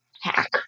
hack